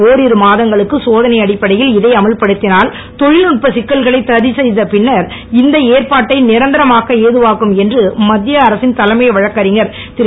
ஒரிரு மாதங்களுக்கு சோதனை அடிப்படையில் இதை அமல்படுத்தினுல் தொழில்நுட்ப சிக்கல்களை சரிசெய்த பின்னர் இந்த ஏற்பாட்டை நிரந்தரமாக்க ஏதுவாகும் என்று மத்திய அரசின் தலைமை வழக்கறிஞர் திரு